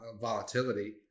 volatility